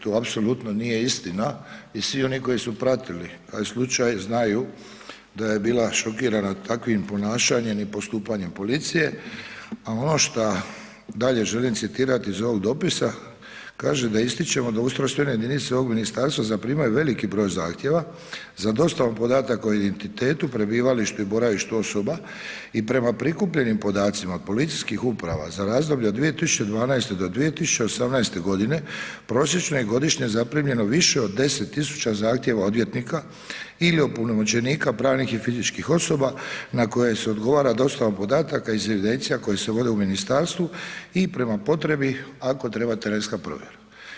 To apsolutno nije istina i svi oni koji su pratili slučaj znaju da je bila šokirana takvim ponašanjem i postupanjem policije, a ono šta dalje želim citirati iz ovog dopisa, kaže da ističemo da ustrojstvene jedinice ovog ministarstva zaprimaju veliki broj zahtjeva za dostavom podataka o identitetu, prebivalištu i boravištu osoba i prema prikupljenim podacima policijskih uprava za razdoblje od 2012. do 2018. godine prosječno je godišnje zaprimljeno više od 10.000 zahtjeva odvjetnika ili opunomoćenika pravnih i fizičkih osoba na koje se odgovara dostavom podataka iz evidencija koje se vode u ministarstvu i prema potrebi ako treba terenska provjera.